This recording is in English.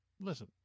listen